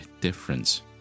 difference